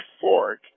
fork